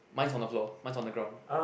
mine's on the floor mine's on the ground